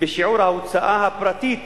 בשיעור ההוצאה הפרטית